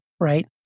Right